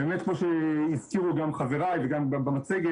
באמת כמו שהזכירו גם חבריי וגם במצגת,